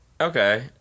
Okay